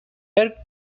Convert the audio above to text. eric